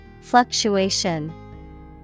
Fluctuation